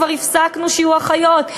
כבר הפסקנו ואין אחיות.